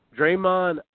Draymond